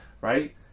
right